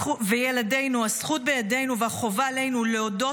הזכות בידינו והחובה עלינו להודות,